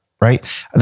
right